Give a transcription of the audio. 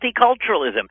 multiculturalism